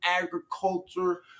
agriculture